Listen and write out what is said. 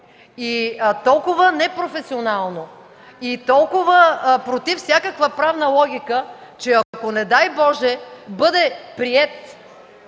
и толкова непрофесионално, и толкова против всякаква правна логика, че ако не дай Боже бъде приет